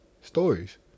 stories